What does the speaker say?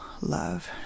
love